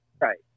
Right